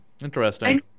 interesting